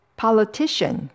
politician